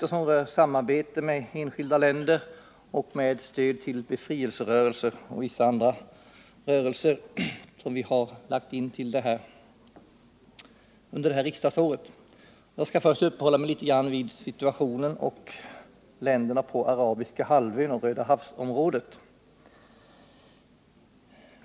Det gäller motioner om samarbetet med enskilda länder och om stöd till befrielserörelser och andra rörelser, och de har väckts av vpk under innevarande riksmöte. Jag skall först uppehålla mig litet grand vid situationen i länderna på Arabiska halvön och i Rödahavsområdet.